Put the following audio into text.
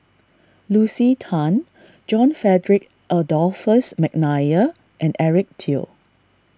Lucy Tan John Frederick Adolphus McNair and Eric Teo